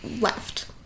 left